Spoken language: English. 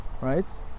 right